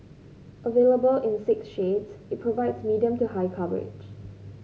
available in six shades it provides medium to high coverage